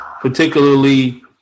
particularly